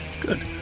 good